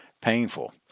painful